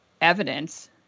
evidence